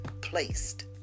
placed